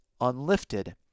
unlifted